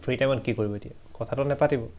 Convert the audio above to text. free টাইমত কি কৰিব এতিয়া কথাটো নাপাতিব